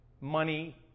Money